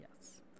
Yes